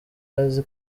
azi